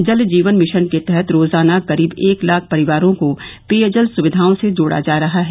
जल जीवन मिशन के तहत रोजाना करीब एक लाख परिवारों को पेयजल सुविधाओं से जोड़ा जा रहा है